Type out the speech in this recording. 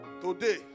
Today